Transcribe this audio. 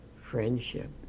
friendship